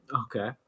Okay